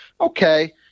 Okay